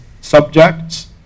subjects